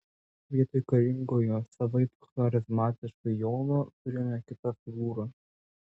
vietoj karingojo savaip charizmatiško jono turime kitą figūrą